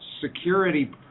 security